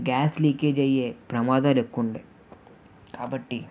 gas leakage అయ్యే ప్రమాదాలెక్కువుండాయి కాబట్టి